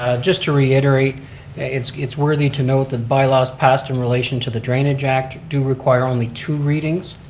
ah just to reiterate it's it's worthy to note that bylaws passed in relation to the drainage act do require only two readings.